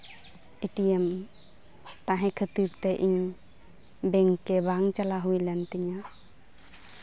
ATM ᱛᱟᱦᱮᱸ ᱠᱷᱟᱹᱛᱤᱨ ᱛᱮ ᱤᱧ ᱵᱮᱝᱠᱮ ᱵᱟᱝ ᱪᱟᱞᱟᱣ ᱦᱩᱭ ᱞᱮᱱ ᱛᱤᱧᱟᱹ